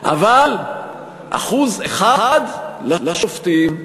אבל 1% לשופטים.